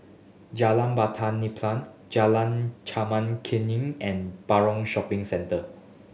Jalan Batu Nilam Jalan Chempaka Kuning and Paragon Shopping Centre